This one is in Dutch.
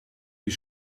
die